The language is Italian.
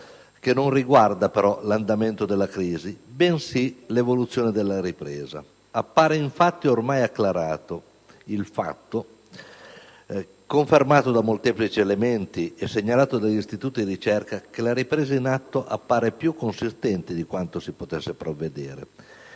che non riguarda però l'andamento della crisi bensì l'evoluzione della ripresa. Appare infatti ormai acclarato il fatto, confermato da molteplici elementi e segnalato dagli istituti di ricerca, che la ripresa in atto appare più consistente di quanto si potesse prevedere.